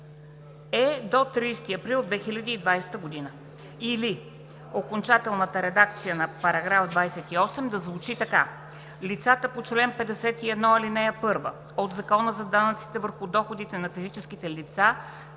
е до 30 април 2020 г.“ Или окончателната редакция на § 28 да звучи така: „§ 28. Лицата по чл. 51, ал. 1 от Закона за данъците върху доходите на физическите лица